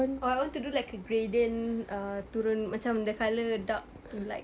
or I want to do like a gradient err turun macam the colour dark to light